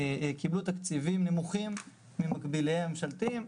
קיבלו תקציבים נמוכים ממקביליהם הממשלתיים.